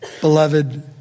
beloved